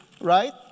right